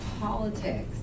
politics